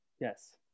Yes